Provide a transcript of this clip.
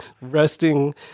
resting